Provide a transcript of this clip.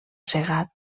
segat